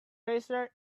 racer